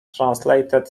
translated